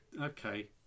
Okay